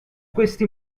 questi